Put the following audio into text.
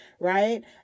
right